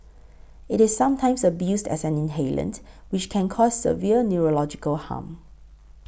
it is sometimes abused as an inhalant which can cause severe neurological harm